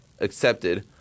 accepted